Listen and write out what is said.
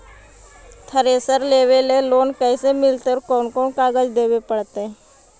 Thresher लेबे ल loan कैसे मिलतइ और कोन कोन कागज देबे पड़तै?